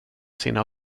sina